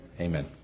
Amen